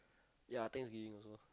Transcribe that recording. ya thanksgiving also